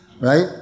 right